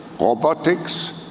robotics